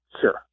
Sure